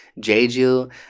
Jeju